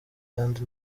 kandi